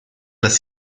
las